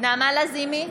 נעמה לזימי,